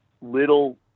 little